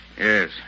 Yes